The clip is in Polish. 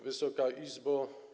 Wysoka Izbo!